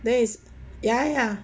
yes ya ya